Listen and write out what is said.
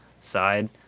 side